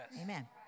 Amen